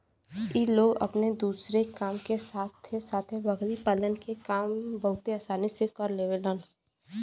इ लोग अपने दूसरे काम के साथे साथे बकरी पालन के काम बहुते आसानी से कर लेवलन